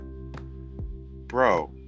bro